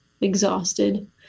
exhausted